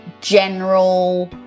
general